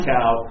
cow